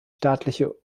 staatliche